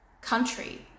country